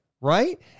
right